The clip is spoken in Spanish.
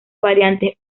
variantes